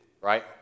right